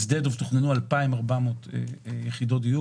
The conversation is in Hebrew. בשדה דב תוכננו 2,400 יחידות דיור